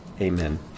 amen